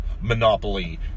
Monopoly